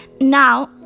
Now